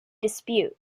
dispute